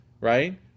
right